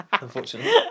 unfortunately